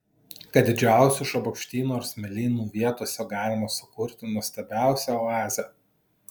kad didžiausių šabakštynų ar smėlynų vietose galima sukurti nuostabiausią oazę